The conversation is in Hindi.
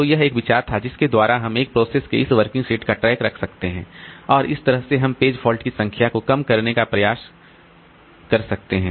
तो यह एक विचार था जिसके द्वारा हम एक प्रोसेस के इस वर्किंग सेट का ट्रैक रख सकते हैं और इस तरह हम पेज फॉल्ट की संख्या को कम करने का प्रयास कर सकते हैं